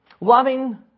Loving